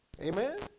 Amen